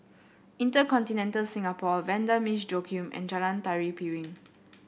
InterContinental Singapore Vanda Miss Joaquim and Jalan Tari Piring